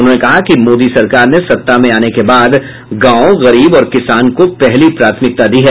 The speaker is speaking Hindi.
उन्होंने कहा कि मोदी सरकार ने सत्ता में आने के बाद गांव गरीब और किसान को पहली प्राथमिकता दी है